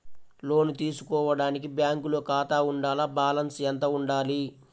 లోను తీసుకోవడానికి బ్యాంకులో ఖాతా ఉండాల? బాలన్స్ ఎంత వుండాలి?